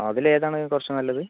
അതിൽ ഏതാണ് കുറച്ച് നല്ലത്